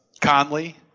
Conley